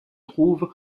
trouvent